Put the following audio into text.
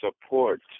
support